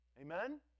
Amen